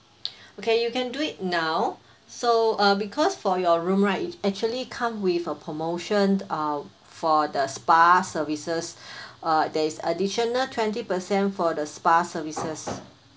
okay you can do it now so uh because for your room right actually come with a promotion uh for the spa services uh there is additional twenty percent for the spa services